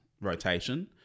rotation